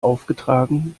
aufgetragen